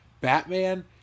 Batman